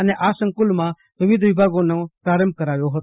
અને આ સંક્રલમાં વિવિધ વિભાગોના પ્રારંભ કરાવ્યો હતો